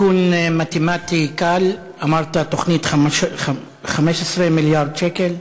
תיקון מתמטי קל, אמרת: תוכנית 15 מיליארד שקל.